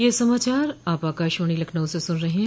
ब्रे क यह समाचार आप आकाशवाणी लखनऊ से सुन रहे हैं